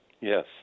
Yes